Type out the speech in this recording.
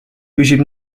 püsib